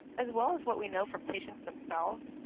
as well as what we know from patients themselves.